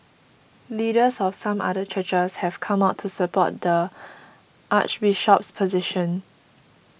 leaders of some other churches have come out to support the Archbishop's position